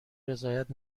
رضایت